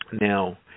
Now